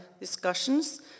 discussions